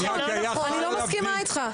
זה לא נכון, אני לא מסכימה איתך.